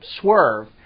swerve